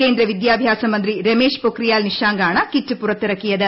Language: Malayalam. കേന്ദ്ര പ്രിദ്യഭ്യാസ മന്ത്രി രമേശ് പൊഖ്റിയാൽ നിശാങ്ക് ആണ് കിറ്റ് പുറത്തിറ്ക്കിയത്